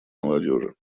молодежи